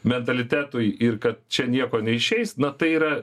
mentalitetui ir kad čia nieko neišeis na tai yra